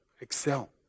excel